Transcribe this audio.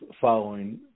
following